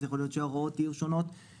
אז יכול להיות שההוראות יהיו שונות וההכרעה